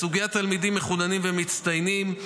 בסוגיית תלמידים מחוננים ומצטיינים,